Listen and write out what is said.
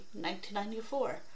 1994